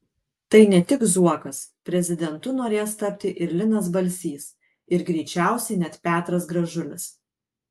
tai ne tik zuokas prezidentu norės tapti ir linas balsys ir greičiausiai net petras gražulis